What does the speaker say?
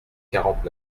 quarante